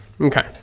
Okay